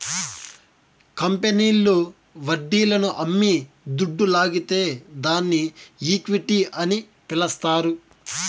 కంపెనీల్లు వడ్డీలను అమ్మి దుడ్డు లాగితే దాన్ని ఈక్విటీ అని పిలస్తారు